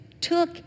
took